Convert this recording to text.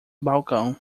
balcão